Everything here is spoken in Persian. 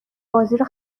بازیرو